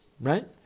right